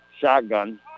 Shotgun